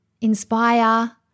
inspire